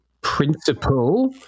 principle